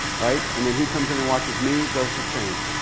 right? and then he comes in and watches me. does the same.